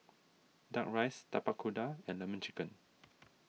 Duck Rice Tapak Kuda and Lemon Chicken